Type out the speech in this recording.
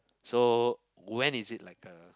so when is it like the